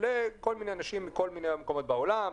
לכל מיני אנשים מכל מיני מקומות בעולם,